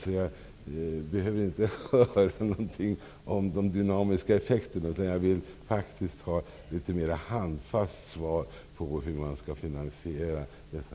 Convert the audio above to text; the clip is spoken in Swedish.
Så jag behöver inte höra någonting om de dynamiska effekterna, utan jag vill faktiskt ha ett litet mera handfast svar på hur man tänker finansiera detta.